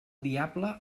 diable